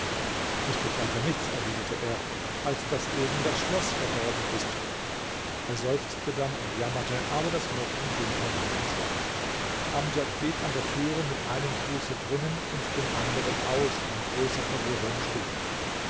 es tut weiter nichts erwiderte er als daß eben das schloß verdorben ist er seufzte dann und jammerte aber das mädchen ging voran ins haus amdjad blieb an der türe mit einem fuße drinnen und dem anderen außen in großer verwirrung stehen